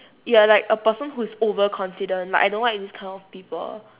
you are like a person who's over confident like I don't like this kind of people